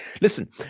Listen